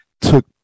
took